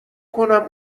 کنم